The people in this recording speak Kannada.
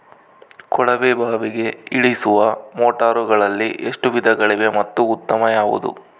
ಕೊಳವೆ ಬಾವಿಗೆ ಇಳಿಸುವ ಮೋಟಾರುಗಳಲ್ಲಿ ಎಷ್ಟು ವಿಧಗಳಿವೆ ಮತ್ತು ಉತ್ತಮ ಯಾವುದು?